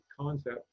concept